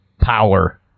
Power